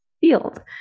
field